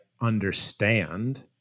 understand